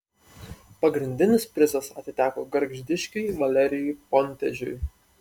pagrindinis prizas atiteko gargždiškiui valerijui pontežiui